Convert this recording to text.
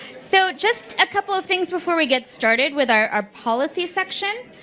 so just a couple of things before we get started with our policy section.